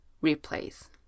replace